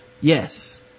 yes